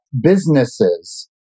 businesses